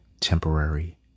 Temporary